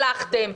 שלחתם,